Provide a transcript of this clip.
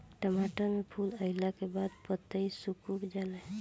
टमाटर में फूल अईला के बाद पतईया सुकुर जाले?